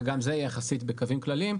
וגם זה יחסית בקווים כלליים,